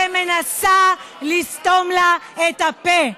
ומנסה לסתום לה את הפה.